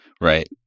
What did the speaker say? right